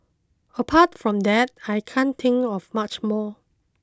apart from that I can't think of much more